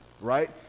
right